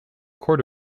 court